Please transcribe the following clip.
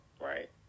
Right